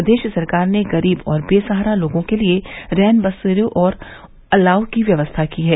प्रदेश सरकार ने गरीब और बेसहारा लोगों के लिये रैनबसेरों और अलाव की व्यवस्था की है